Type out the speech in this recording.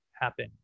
happen